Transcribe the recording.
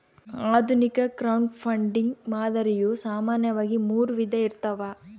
ಆಧುನಿಕ ಕ್ರೌಡ್ಫಂಡಿಂಗ್ ಮಾದರಿಯು ಸಾಮಾನ್ಯವಾಗಿ ಮೂರು ವಿಧ ಇರ್ತವ